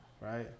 Right